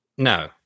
No